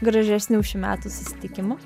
gražesnių šių metų susitikimų